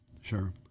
Sure